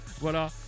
Voilà